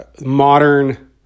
modern